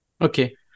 Okay